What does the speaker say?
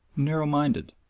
narrow-minded,